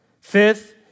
Fifth